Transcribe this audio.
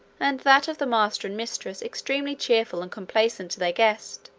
and that of the master and mistress extremely cheerful and complaisant to their guest.